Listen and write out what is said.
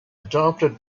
adopted